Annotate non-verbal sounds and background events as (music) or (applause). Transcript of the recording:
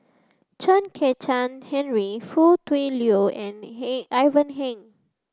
Chen Kezhan Henri Foo Tui Liew and (unintelligible) Ivan Heng